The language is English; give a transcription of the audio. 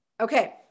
Okay